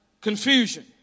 confusion